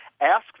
ask